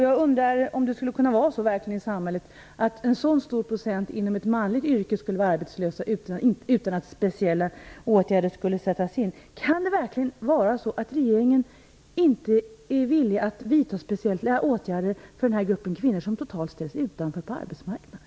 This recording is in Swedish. Jag undrar om en så stor andel män skulle kunna vara arbetslös utan att speciella åtgärder skulle sättas in.